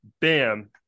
bam